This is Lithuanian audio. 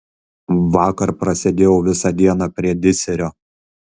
vakar prasėdėjau visą dieną prie diserio